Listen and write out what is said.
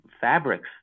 fabrics